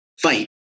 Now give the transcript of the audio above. fight